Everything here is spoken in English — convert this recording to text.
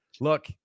look